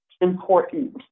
important